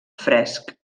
fresc